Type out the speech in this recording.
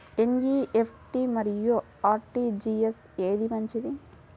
NEFT మరియు RTGS ఏది మంచిది?